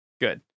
Good